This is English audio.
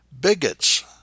bigots